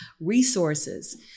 resources